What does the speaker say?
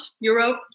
Europe